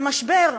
זה משבר,